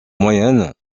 moyenne